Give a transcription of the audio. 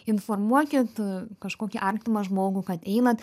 informuokit kažkokį artimą žmogų kad einat